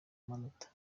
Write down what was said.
amanota